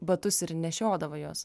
batus ir nešiodavo juos